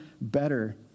better